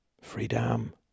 Freedom